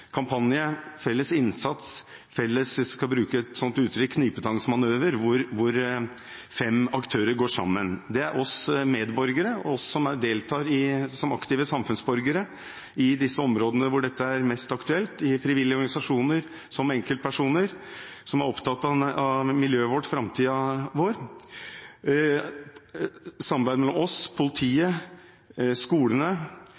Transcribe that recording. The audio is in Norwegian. kampanje, felles innsats, en felles knipetangsmanøver – hvis vi skal bruke et slikt uttrykk – hvor fem aktører går sammen. Det er vi medborgere – vi som deltar som aktive samfunnsborgere på de områdene hvor dette er mest aktuelt, i frivillige organisasjoner, som enkeltpersoner som er opptatt av miljøet vårt og framtiden vår – i samarbeid